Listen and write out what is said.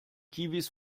kiwis